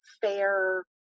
fair